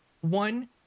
one